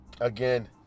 Again